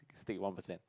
stake one percent